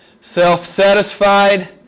self-satisfied